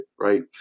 right